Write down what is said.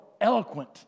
eloquent